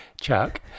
Chuck